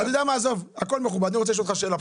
אנחנו אמורים לכתוב שמי שערב תחילת החוק הזה היה זכאי להנחה,